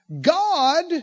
God